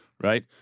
Right